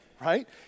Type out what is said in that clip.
right